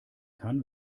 kann